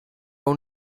own